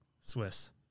Swiss